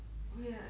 weird